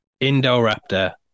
Indoraptor